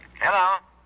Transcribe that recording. Hello